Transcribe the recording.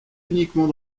uniquement